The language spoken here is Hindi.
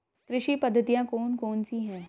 कृषि पद्धतियाँ कौन कौन सी हैं?